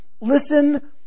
Listen